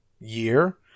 year